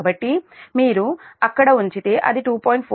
కాబట్టి మీరు అక్కడ ఉంచితే అది 2